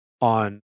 on